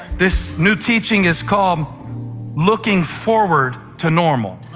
this new teaching is called looking forward to normal.